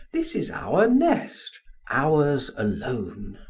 this is our nest ours alone!